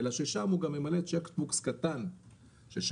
אלא ששם הוא גם ממלא checkbooks קטן ששם